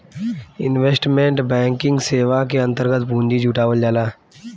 investment banking सेवा के अंतर्गत पूंजी जुटावल जाला